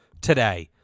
today